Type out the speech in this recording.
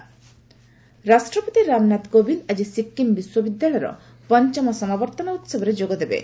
ପ୍ରେଜ୍ ସିକ୍କିମ୍ ରାଷ୍ଟ୍ରପତି ରାମନାଥ କୋବିନ୍ଦ ଆଜି ସିକ୍କିମ୍ ବିଶ୍ୱବିଦ୍ୟାଳୟର ପଞ୍ଚମ ସମାବର୍ତ୍ତନ ଉତ୍ସବରେ ଯୋଗଦେବେ